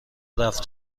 رفت